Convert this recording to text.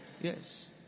Yes